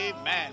Amen